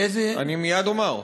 אני מייד אומר.